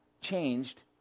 changed